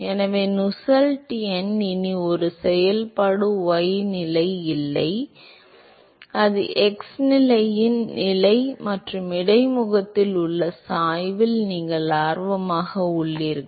எனவே Nusselt எண் இனி ஒரு செயல்பாடு y நிலை அல்ல இது x நிலையின் நிலை மற்றும் இடைமுகத்தில் உள்ள சாய்வில் நீங்கள் ஆர்வமாக உள்ளீர்கள்